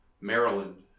Maryland